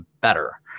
better